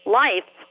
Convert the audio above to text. life